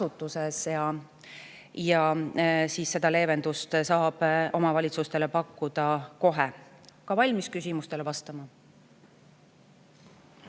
asutuses. Seda leevendust saab omavalitsustele pakkuda kohe. Olen valmis küsimustele vastama.